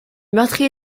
meurtrier